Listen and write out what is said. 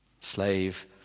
slave